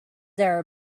are